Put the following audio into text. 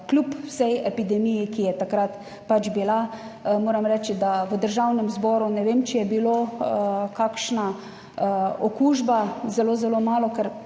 vsej epidemiji, ki je takrat pač bila. Moram reči, da v Državnem zboru ne vem, če je bila kakšna okužba, zelo zelo malo,